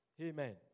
Amen